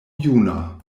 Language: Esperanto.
juna